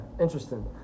interesting